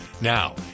Now